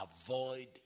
avoid